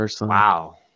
Wow